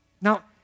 Now